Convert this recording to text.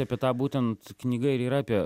apie tą būtent knyga ir yra apie